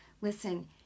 Listen